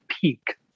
peak